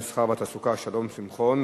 המסחר והתעסוקה שלום שמחון,